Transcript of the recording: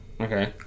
okay